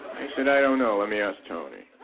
i said, i don't know let me ask tony.